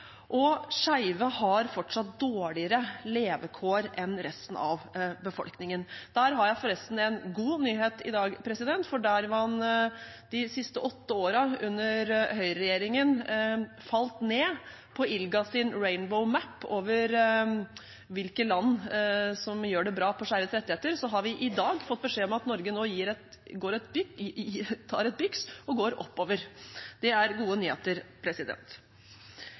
og skeive har fortsatt dårligere levekår enn resten av befolkningen. Der har jeg forresten en god nyhet i dag, for der man de siste åtte årene, under høyreregjeringen, falt på ILGAs Rainbow Map over hvilke land som gjør det bra på skeives rettigheter, har vi i dag fått beskjed om at Norge nå tar et byks og går oppover. Det er gode nyheter.